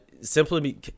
simply